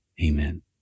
Amen